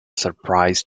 surprise